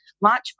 launch